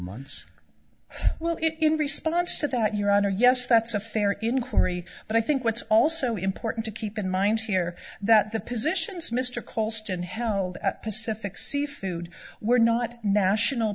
months well it in response to that your honor yes that's a fair inquiry but i think what's also important to keep in mind here that the positions mr colston held at pacific seafood were not national